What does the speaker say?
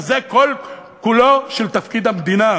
וזה כל-כולו של תפקיד המדינה,